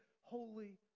holy